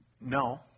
No